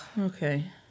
Okay